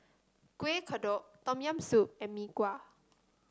Kuih Kodok Tom Yam Soup and Mee Kuah